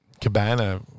Cabana